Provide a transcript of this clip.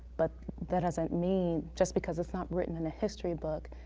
but that doesn't mean, just because it's not written in a history book,